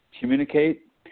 communicate